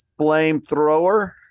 flamethrower